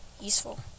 useful